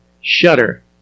shutter